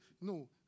No